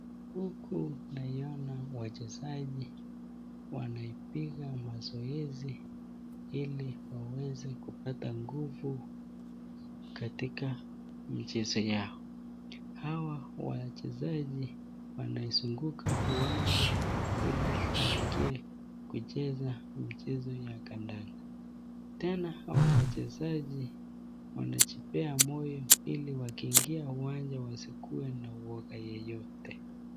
Huku naiona wachezaji wanaipiga mazoezi, iliwaweze kupata nguvu katika mchezo yao. Hawa wachezaji wanazunguka uwanja iliwaingie kucheza mchezo ya kandanda. Tena hawa wahezaji wanajipea moyo iliwakiingia uwanja wasikuwe na uoga yeyote.